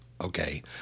okay